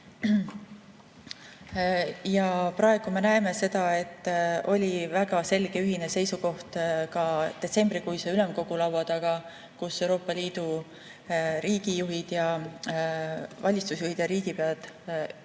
Praegu me näeme seda, et oli väga selge ühine seisukoht ka detsembrikuise ülemkogu laua taga, kus Euroopa Liidu riigijuhid, valitsusjuhid ja riigipead leppisid